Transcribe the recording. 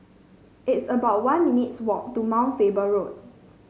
it's about one minutes walk to Mount Faber Road